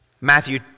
Matthew